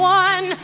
one